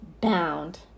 bound